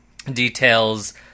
details